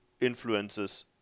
influences